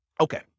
okay